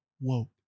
Whoa